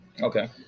Okay